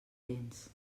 dents